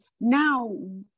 Now